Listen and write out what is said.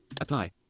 apply